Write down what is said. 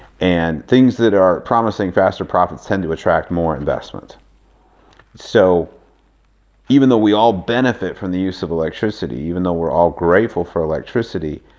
and things that promise faster profits tend to attract more investment so even though we all benefit from the use of electricity, even though we're all grateful for electricity.